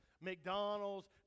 McDonald's